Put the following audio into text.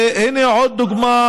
והינה עוד דוגמה,